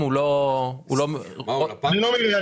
0301